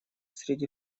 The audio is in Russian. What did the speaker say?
среди